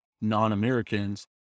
non-Americans